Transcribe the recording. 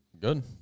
good